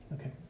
okay